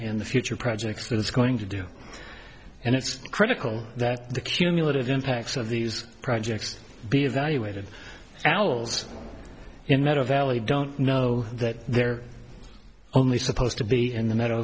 in the future projects that it's going to do and it's critical that the cumulative impacts of these projects be evaluated owl's in meadow valley don't know that they're only supposed to be in the m